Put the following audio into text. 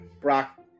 Brock